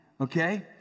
okay